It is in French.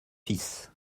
fils